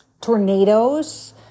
tornadoes